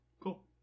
cool